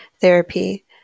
therapy